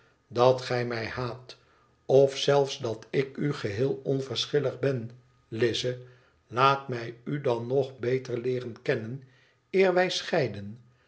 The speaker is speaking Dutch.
dat gij mij haat of zelfe dat ik u geheel onverschillig ben lize laat mij u dan nog beter leeren kennen eer wij scheiden